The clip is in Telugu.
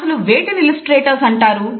అసలు వేటిని ఇల్లస్ట్రేటర్స్ అంటారు